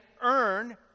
earn